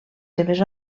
seves